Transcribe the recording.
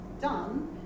done